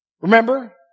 Remember